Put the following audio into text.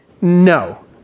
No